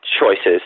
choices